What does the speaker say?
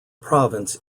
province